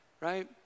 right